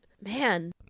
man